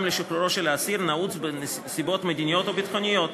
לשחרורו של האסיר נעוץ בנסיבות מדיניות או ביטחוניות,